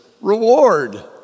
reward